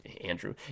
Andrew